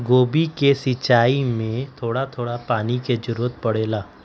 गोभी के सिचाई में का थोड़ा थोड़ा पानी के जरूरत परे ला?